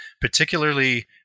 particularly